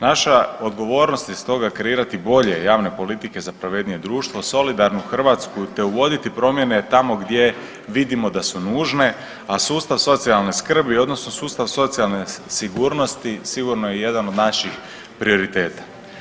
Naša odgovornost je stoga kreirati bolje javne politike za pravednije društvo, solidarnu Hrvatsku te uvoditi promjene tamo gdje vidimo da su nužne, a sustav socijalne skrbi odnosno sustav socijalne sigurnosti sigurno je jedan od naših prioriteta.